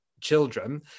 children